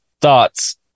thoughts